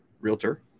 realtor